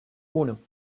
uno